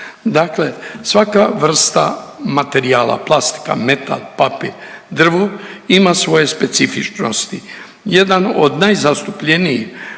Dakle, svaka vrsta materijala plastika, metal, papir, drvo ima svoj specifičnosti. Jedan od najzastupljenijih